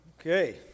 Okay